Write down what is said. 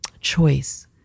choice